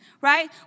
right